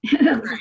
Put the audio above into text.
Right